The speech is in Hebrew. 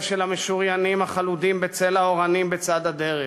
של המשוריינים החלודים בצל האורנים בצד הדרך.